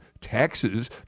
taxes